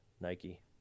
Nike